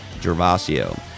Gervasio